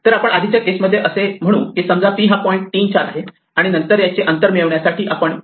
तर आपण आधीच्या केस मध्ये असे म्हणू की समजा p हा पॉईंट 3 4 आहे आणि नंतर याचे अंतर मिळविण्यासाठी आपण p